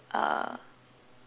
uh